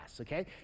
okay